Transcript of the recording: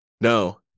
no